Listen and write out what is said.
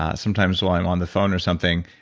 ah sometimes while i'm on the phone or something,